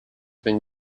been